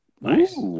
Nice